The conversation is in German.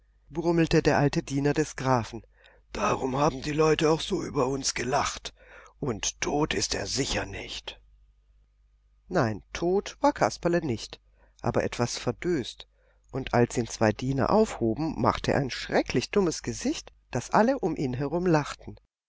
brummelte der alte diener des grafen darum haben die leute auch so über uns gelacht und tot ist er sicher nicht nein tot war kasperle nicht aber etwas verdöst und als ihn zwei diener aufhoben machte er ein so schrecklich dummes gesicht daß alle um ihn herum lachten